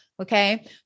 Okay